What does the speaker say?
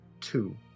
two